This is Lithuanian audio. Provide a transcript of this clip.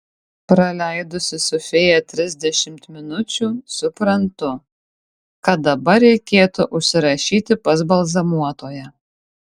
praleidusi su fėja trisdešimt minučių suprantu kad dabar reikėtų užsirašyti pas balzamuotoją